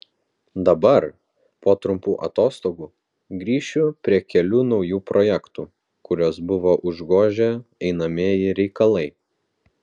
dabar po trumpų atostogų grįšiu prie kelių naujų projektų kuriuos buvo užgožę einamieji reikalai